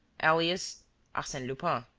alias arsene lupin.